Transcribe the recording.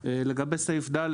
לגבי סעיף (ד)